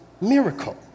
miracle